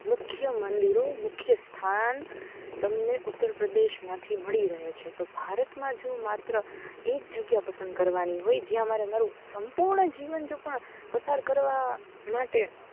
મુખ્ય મંદિરો મુખ્ય સ્થાન તમને ઉત્તર પ્રદેશમાંથી મળી રહે છે તો ભારતમાં જો માત્ર એક જગ્યા પસંદ કરવાની હોય જ્યાં મારે મારું સંપૂર્ણ જીવન જો પણ પસાર કરવા માટે